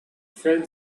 felt